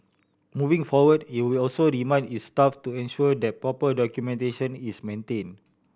moving forward it would also remind its staff to ensure that proper documentation is maintained